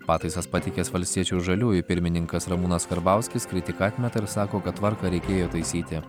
pataisas pateikęs valstiečių žaliųjų pirmininkas ramūnas karbauskis kritiką atmeta ir sako kad tvarką reikėjo taisyti